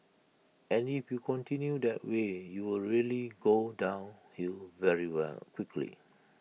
and if you continue that way you will really go downhill very well quickly